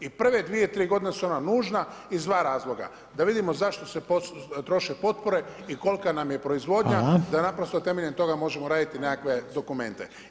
I prve dvije, tri godine su ona nužna iz dva razloga – da vidimo za što se troše potpore i kolika nam je proizvodnja, da naprosto temeljem toga možemo raditi nekakve dokumente.